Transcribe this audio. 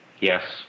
Yes